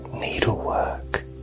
needlework